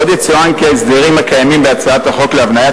עוד יצוין כי ההסדרים הקיימים בהצעת החוק להבניית